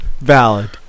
Valid